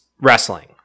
wrestling